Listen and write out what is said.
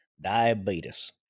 diabetes